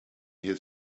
his